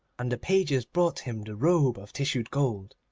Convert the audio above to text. and the pages brought him the robe of tissued gold,